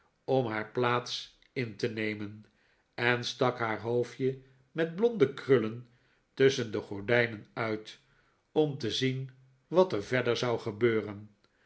om haar plaats in te nemen en stak haar hoofdje met blonde krullen tusschen de gordijnen uit om te zien wat er verder zou gebeuren